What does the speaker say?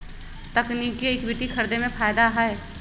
तकनिकिये इक्विटी खरीदे में फायदा हए